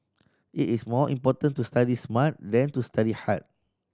it is more important to study smart than to study hard